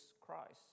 Christ